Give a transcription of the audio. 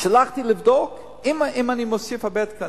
שלחתי לבדוק אם אני אוסיף הרבה תקנים,